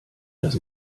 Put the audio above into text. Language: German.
das